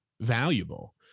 valuable